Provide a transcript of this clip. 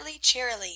cheerily